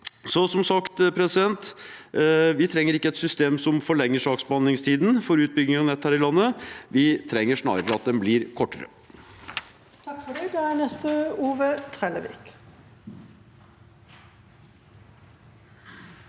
Som sagt trenger vi ikke et system som forlenger saksbehandlingstiden for utbygging av nett her i landet, vi trenger snarere at den blir kortere.